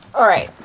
alright.